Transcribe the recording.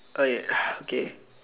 okay uh okay